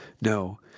No